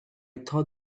thought